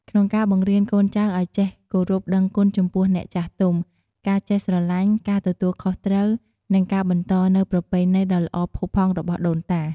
ក្នុងការបង្រៀនកូនចៅឲ្យចេះគោរពដឹងគុណចំពោះអ្នកចាស់ទុំ ការចេះស្រឡាញ់ ការទទួលខុសត្រូវ និងការបន្តនូវប្រពៃណីដ៏ល្អផូរផង់របស់ដូនតា។